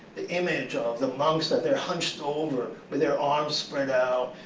the image of the monks, that they're hunched over with their arms spread out,